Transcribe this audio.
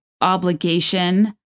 obligation